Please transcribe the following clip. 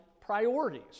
priorities